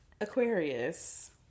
Aquarius